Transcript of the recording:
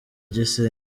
gisenyi